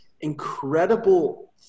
incredible